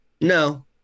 No